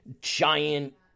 giant